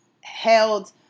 held